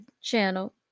channel